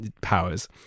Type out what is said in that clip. powers